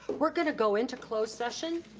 we're gonna go into close session,